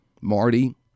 Marty